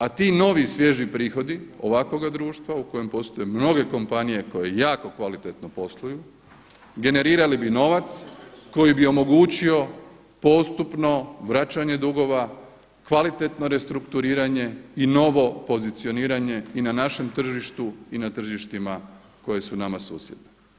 A ti novi svježi prihodi ovakvoga društva u kojem postoje mnoge kompanije koje jako kvalitetno posluju generirali bi novac koji bi omogućio postupno vraćanje dugova, kvalitetno restrukturiranje i novo pozicioniranje i na našem tržištu i na tržištima koja su nama susjedna.